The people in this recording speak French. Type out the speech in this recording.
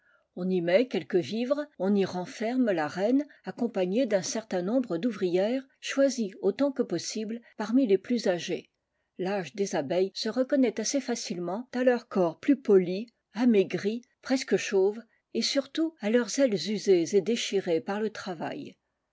on y quelques vivres et on y renferme la reine accompagnée d'un certain nombre d'ouvrières choisies autant que possible parmi les plus âgées tâge des abeilles se reconnaît assez facilement à leur corps plus poli amaigri presque chauve et surtout à leurs ailes usées et déchirées par le travail